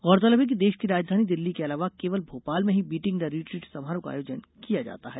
गौरतलब है कि देश की राजधानी दिल्ली के अलावा केवल भोपाल में ही बीटिंग द रिट्रीट समारोह का आयोजन किया जाता है